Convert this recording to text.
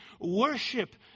Worship